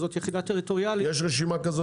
יש רשימה כזאת?